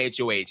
HOH